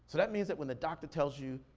so that means that when the doctor tells you,